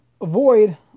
avoid